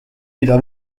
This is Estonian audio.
mida